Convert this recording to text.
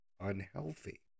unhealthy